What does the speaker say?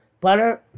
butter